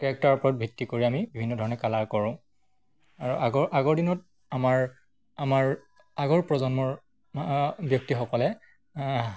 কেৰেক্টাৰৰ ওপৰত ভিত্তি কৰি আমি বিভিন্ন ধৰণে কালাৰ কৰোঁ আৰু আগৰ আগৰ দিনত আমাৰ আমাৰ আগৰ প্ৰজন্মৰ ব্যক্তিসকলে